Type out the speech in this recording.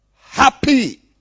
happy